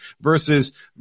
versus